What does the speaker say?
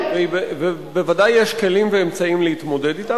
ובוודאי יש כלים ואמצעים להתמודד אתה,